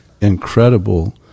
incredible